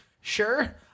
sure